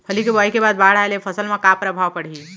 फल्ली के बोआई के बाद बाढ़ आये ले फसल मा का प्रभाव पड़ही?